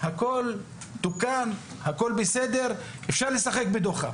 שהכול תוקן, הכול בסדר, אפשר לשחק בדוחה.